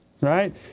Right